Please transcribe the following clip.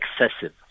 excessive